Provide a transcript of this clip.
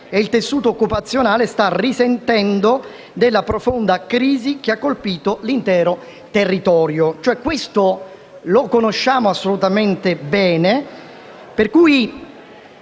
il tessuto occupazionale sta risentendo della profonda crisi che ha colpito l'intero territorio. Questo lo sappiamo assolutamente bene.